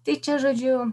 tai čia žodžiu